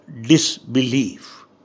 disbelief